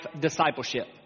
discipleship